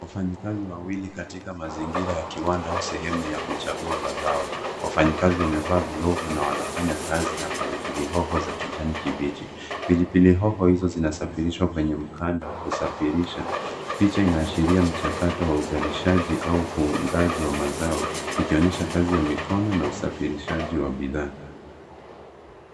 Wafanyikazi wawili katika mazingira ya kiwanda au sehemu ya kuchagua mazao. Wafanyikazi wamevaa glovu na wanafanya kazi na pilipili hoho za kijani kibichi. Pilipili hoho hizo zinasafirishwa kwenye mkanda wa kusafirisha. Picha inaashiria mchakato wa uzalishaji au ufungaji wa mazao ikionyesha kazi ya mikono na usafirishaji wa bidhaa.